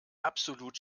absolut